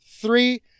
three